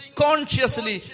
consciously